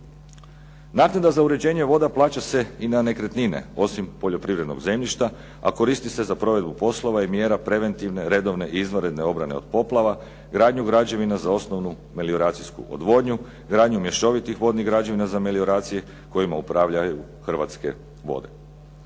Naknada za uređenje voda plaća se i na nekretnine, osim poljoprivrednog zemljišta a koristi se za provedbu poslova preventivne redovne i izvanredne obrane od poplava, gradnju građevina za osnovnu melioracijsku odvodnju, gradnju mješovitih građevina za melioracije kojima upravljaju Hrvatske vode.